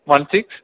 one six